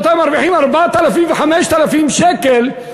שמרוויחים 4,000 ו-5,000 שקלים,